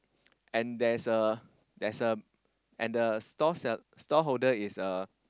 and there's a there's a and the shop sell shop holder is a